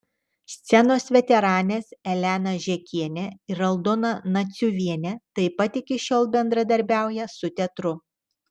scenos veteranės elena žekienė ir aldona naciuvienė taip pat iki šiol bendradarbiauja su teatru